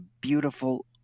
beautiful